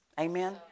Amen